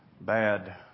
bad